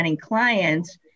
clients